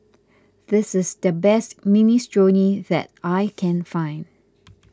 this is the best Minestrone that I can find